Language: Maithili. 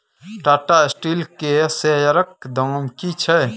टाटा स्टील केर शेयरक दाम की छै?